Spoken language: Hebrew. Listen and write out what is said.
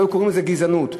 היו קוראים לזה גזענות.